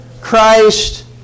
Christ